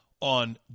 On